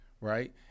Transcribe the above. right